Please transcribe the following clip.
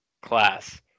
class